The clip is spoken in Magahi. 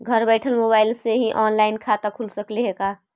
घर बैठल मोबाईल से ही औनलाइन खाता खुल सकले हे का?